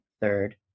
third